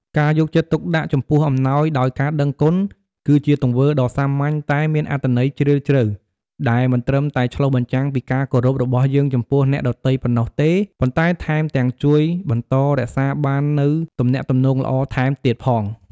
ការយកចិត្តទុកដាក់ចំពោះអំណោយដោយការដឹងគុណ គឺជាទង្វើដ៏សាមញ្ញតែមានអត្ថន័យជ្រាលជ្រៅ ដែលមិនត្រឹមតែឆ្លុះបញ្ចាំងពីការគោរពរបស់យើងចំពោះអ្នកដទៃប៉ុណ្ណោះទេ ប៉ុន្តែថែមទាំងជួយបន្តរក្សាបាននូវទំនាក់ទំនងល្អថែមទៀតផង។